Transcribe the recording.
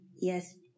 Yes